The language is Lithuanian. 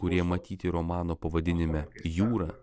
kurie matyti romano pavadinime jūra